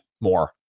more